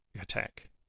attack